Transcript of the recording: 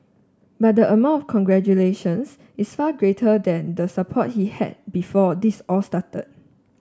but the amount of congratulations is far greater than the support he had before this all started